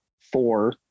four